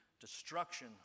destruction